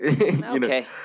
Okay